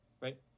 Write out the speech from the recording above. right